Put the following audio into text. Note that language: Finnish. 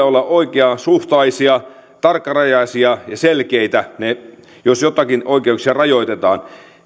olla oikeasuhtaisia tarkkarajaisia ja selkeitä jos joitakin oikeuksia rajoitetaan